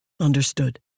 Understood